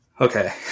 Okay